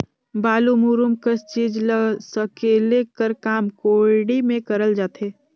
बालू, मूरूम कस चीज ल सकेले कर काम कोड़ी मे करल जाथे